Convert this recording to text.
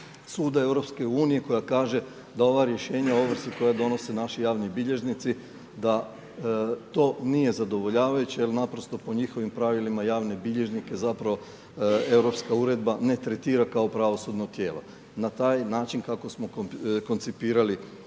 suda EU koja kaže da ova rješenja o ovrsi koja donose naši javni bilježnici, da to nije zadovoljavajuće jer naprosto po njihovim pravilima javne bilježnike zapravo europska uredba ne tretira kao pravosudno tijelo. Na taj način kako smo koncipirali